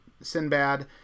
Sinbad